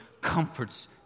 comforts